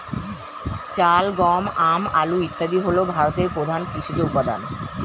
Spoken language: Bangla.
চাল, গম, আম, আলু ইত্যাদি হল ভারতের প্রধান কৃষিজ উপাদান